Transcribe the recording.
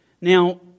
Now